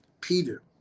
Peter